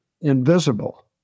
invisible